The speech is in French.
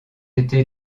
été